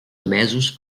emesos